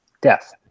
death